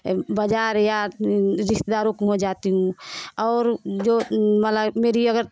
बाज़ार या रिश्तेदारों को इंहा जाती हूँ और जो मतलब मेरी अगर